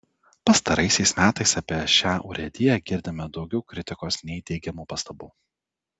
pastaraisiais metais apie šią urėdiją girdime daugiau kritikos nei teigiamų pastabų